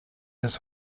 his